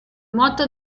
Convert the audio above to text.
motto